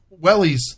wellies